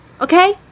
okay